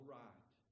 right